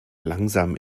langsam